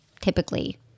typically